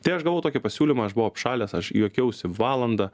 tai aš gavau tokį pasiūlymą aš buvau apšalęs aš juokiausi valandą